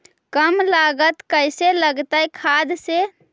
कम लागत कैसे लगतय खाद से?